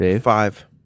Five